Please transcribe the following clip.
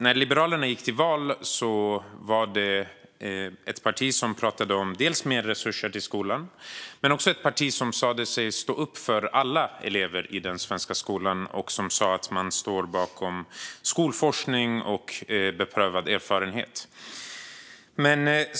När Liberalerna gick till val var de ett parti som dels pratade om mer resurser till skolan, dels sa sig stå upp för alla elever i den svenska skolan. Liberalerna sa att de stod bakom skolforskning och beprövad erfarenhet.